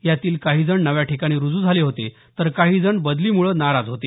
यातील काहीजण नव्या ठिकाणी रुजू झाले होते तर काही जण बदलीमुळे नाराज होते